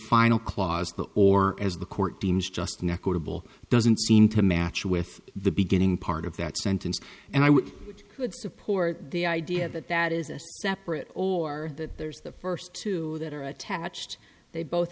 final clause or as the court deems just an equitable doesn't seem to match with the beginning part of that sentence and i would would support the idea that that is a separate or that there's the first two that are attached they both